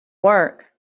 work